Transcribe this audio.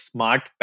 Smart